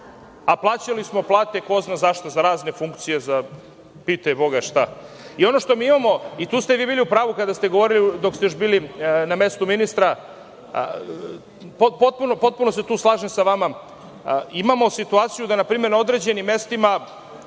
a plaćali smo plate ko zna zašto, za razne funkcije, za pitaj Boga za šta. Ono što imamo, i tu ste vi bili u pravu kada ste govorili dok ste još bili na mestu ministra, potpuno se tu slažem sa vama, imamo situaciju da npr. na određenim mestima,